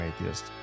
Atheist